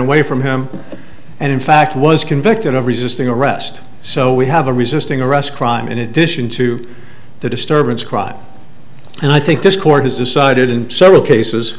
away from him and in fact was convicted of resisting arrest so we have a resisting arrest crime in addition to the disturbance crowd and i think this court has decided in several cases